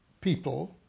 people